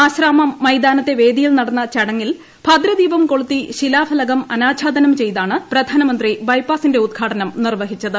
ആശ്രമം മൈതാനത്തെ വേദിയിൽ നടന്ന ചടങ്ങിൽ ഭദ്രദീപം കൊളുത്തി ശിലാഫലകം അനാച്ഛാദനം ച്ചെയ്താണ് പ്രധാനമന്ത്രി ബൈപാസിന്റെ ഉദ്ഘാടനം നിർവഹിച്ചത്